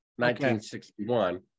1961